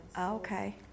Okay